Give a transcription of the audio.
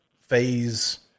phase